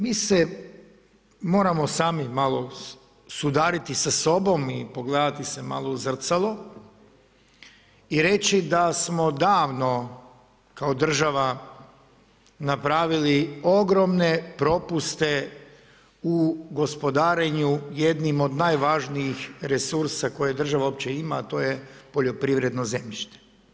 Mi se moramo sami malo sudariti sa sobom i pogledati se malo u zrcalo i reći da smo davno, kao država napravili ogromne propuste u gospodarenju jednim od najvažnijih resursa koje država uopće ima a to je poljoprivredno zemljište.